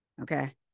okay